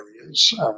areas